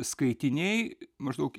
skaitiniai maždaug